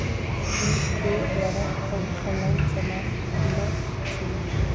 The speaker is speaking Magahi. फोनपे द्वारा हम ऑनलाइन समान किनइ छी